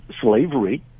slavery